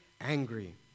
angry